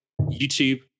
YouTube